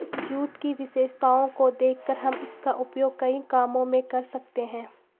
jute की विशेषताओं को देखकर हम इसका उपयोग कई कामों में कर सकते हैं